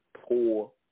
poor